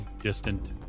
distant